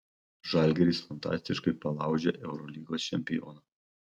žalgiris fantastiškai palaužė eurolygos čempioną